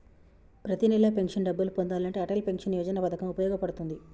ప్రతి నెలా పెన్షన్ డబ్బులు పొందాలంటే అటల్ పెన్షన్ యోజన పథకం వుపయోగ పడుతుంది